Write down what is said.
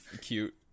cute